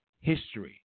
history